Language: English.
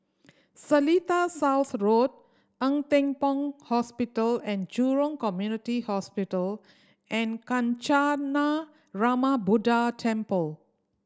Seletar South Road Ng Teng Fong Hospital And Jurong Community Hospital and Kancanarama Buddha Temple